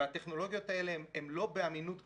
והטכנולוגיות האלה הן לא באמינות גבוהה,